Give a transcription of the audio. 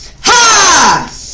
ha